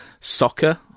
soccer